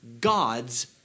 God's